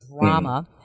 Drama